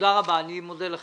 הישיבה נעולה.